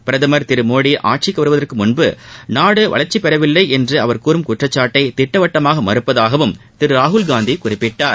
பிரதமர் திரு மோடி ஆட்சிக்கு வருவதற்கு முன்பு நாடு வளர்ச்சி பெறவில்லை என்று அவர் கூறும் குற்றச்சாட்டை திட்டவட்டமாக மறுப்பதாகவும் திரு ராகுல்காந்தி குறிப்பிட்டார்